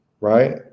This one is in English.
right